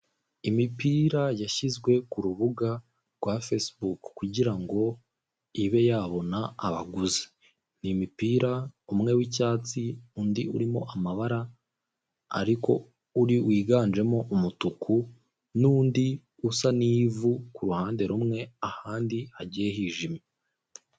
Imipira yashyizwe ku rubuga rwa fesibuku kugira ngo ibe yabona abaguzi, ni imipira, umwe w'icyatsi, undi urimo amabara ariko uri wiganjemo umutuku n'undi usa n'ivu ku ruhande rumwe ahandi hagiye hijimye.